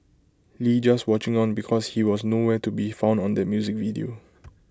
lee just watching on because he was no where to be found on that music video